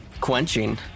quenching